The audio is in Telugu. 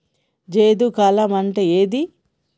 జైద్ కాలం అంటే ఏంది?